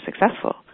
successful